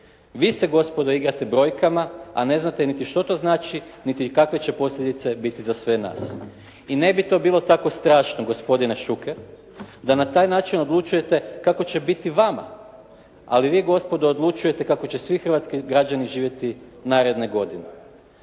Vi se gospodo igrate brojkama, a ne znati ni što to znači, niti kakve će posljedice biti za sve nas. I ne bi to bilo tako strašno gospodine Šuker, da na taj način odlučujete kako će biti vama, ali vi gospodo odlučujete kako će svi hrvatski građani živjeti naredne godine.